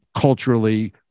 culturally